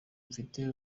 mfite